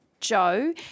Joe